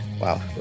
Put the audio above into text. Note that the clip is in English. wow